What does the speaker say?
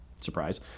surprise